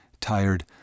tired